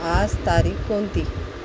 आज तारीख कोणती